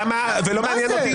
רוטמן, הגזמת.